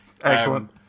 Excellent